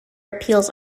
appeals